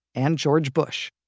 and george bush.